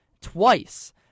twice